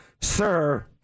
sir